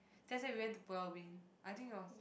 that's when we went to Pulau-Ubin I think it was